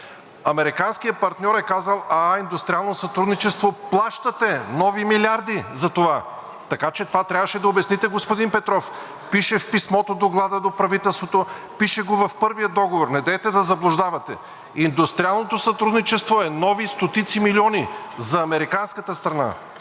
американският партньор е казал: ааа, индустриално сътрудничество – плащате нови милиарди за това! Така че това трябваше да обясните, господин Петров. Пише в писмото, в доклада до правителството. Пише го в първия договор. Недейте да заблуждавате. Индустриалното сътрудничество е нови стотици милиони за американската страна.